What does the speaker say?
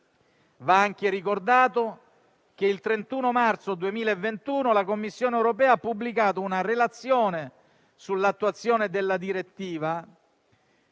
Va anche ricordato che il 31 marzo 2021 la Commissione europea ha pubblicato una relazione sull'attuazione della direttiva